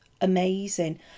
amazing